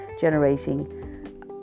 generating